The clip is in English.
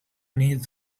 need